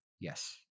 Yes